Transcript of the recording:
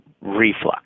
reflux